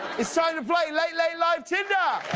it's time to play late late live tinder!